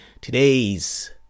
Today's